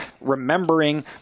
Remembering